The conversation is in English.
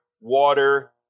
water